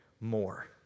more